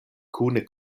kune